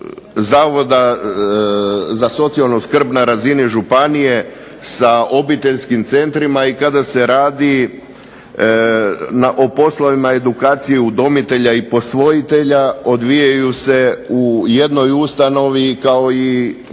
zavoda za socijalnu skrb na razini županije sa obiteljskim centrima i kada se radi o poslovima edukacije udomitelja i posvojitelja, odvijaju se u jednoj ustanovi kao i